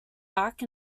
back